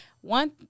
One